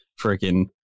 freaking